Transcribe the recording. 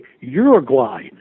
Uruguay